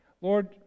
Lord